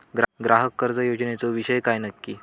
ग्राहक कर्ज योजनेचो विषय काय नक्की?